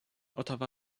ottawa